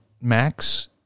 Max